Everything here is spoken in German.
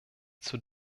zur